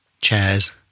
chairs